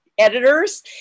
editors